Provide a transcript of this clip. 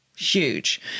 huge